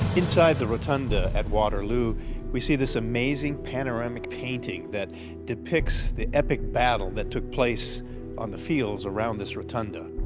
inside the rotunda at waterloo we see this amazing panoramic painting that depicts the epic battle that took place on the fields around this rotunda.